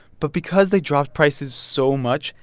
but because they dropped prices so much,